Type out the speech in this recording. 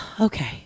Okay